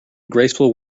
graceful